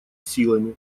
силами